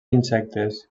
insectes